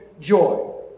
Joy